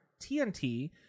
TNT